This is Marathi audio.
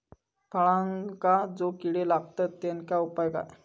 फळांका जो किडे लागतत तेनका उपाय काय?